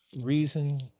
reason